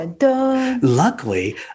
luckily